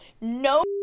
no